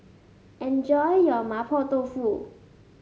enjoy your Mapo Tofu